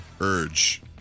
urge